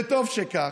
וטוב שכך.